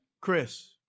Chris